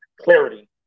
clarity